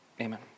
Amen